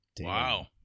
wow